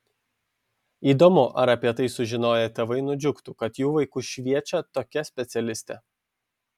įdomu ar apie tai sužinoję tėvai nudžiugtų kad jų vaikus šviečia tokia specialistė